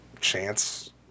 chance